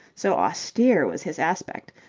so austere was his aspect,